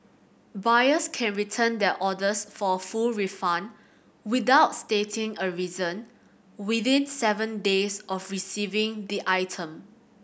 buyers can return their orders for full refund without stating a reason within seven days of receiving the item